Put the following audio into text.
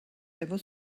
ever